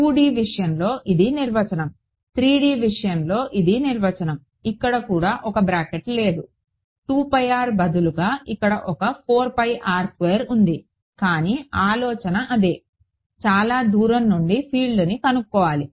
2 D విషయంలో ఇది నిర్వచనం 3 D విషయంలో ఇది నిర్వచనం ఇక్కడ కూడా ఒక బ్రాకెట్ లేదు బదులుగా ఇక్కడ ఒక ఉంది కానీ ఆలోచన అదే చాలా దూరం నుండి ఫీల్డ్ను కనుక్కోవాలి